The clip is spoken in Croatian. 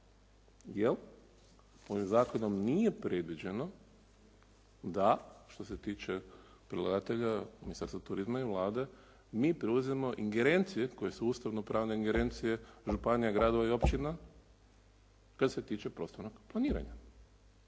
jer ovim zakonom nije predviđeno da što se tiče predlagatelja Ministarstva turizma i Vlade mi preuzimamo ingerencije koje su ustavno-pravne ingerencije županija, gradova i općina što se tiče prostornog planiranja.